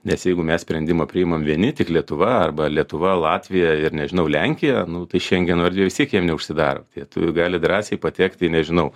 nes jeigu mes sprendimą priimam vieni tik lietuva arba lietuva latvija ir nežinau lenkija nu tai šengeno erdvė jiem neužsidarojie gali drąsiai patekti į nežinau